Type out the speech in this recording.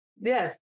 Yes